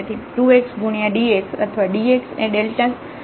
તેથી 2 x ગુણ્યાં dx અથવા dx એ x સમાન જ છે